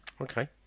Okay